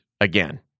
again